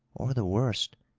or the worst,